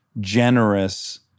generous